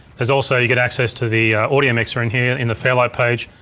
there's also, you get access to the audio mixer in here in the fairlight page.